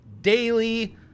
Daily